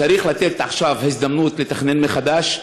צריך לתת עכשיו הזדמנות לתכנן מחדש,